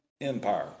Empire